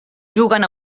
juguen